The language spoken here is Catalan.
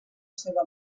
seva